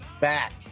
Back